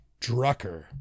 Drucker